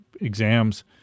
exams